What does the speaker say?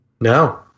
No